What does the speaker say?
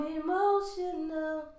emotional